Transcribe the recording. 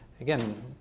again